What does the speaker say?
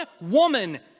woman